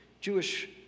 Jewish